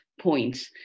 points